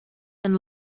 been